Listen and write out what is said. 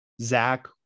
Zach